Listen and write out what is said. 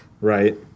Right